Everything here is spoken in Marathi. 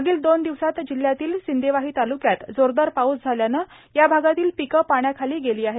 मागील दोन दिवसात जिल्ह्यातील सिंदेवाही तालुक्यात जोरदार पाऊस झाल्याने या भागातील पिके पाण्याखाली गेली आहेत